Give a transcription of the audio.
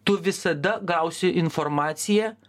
tu visada gausi informaciją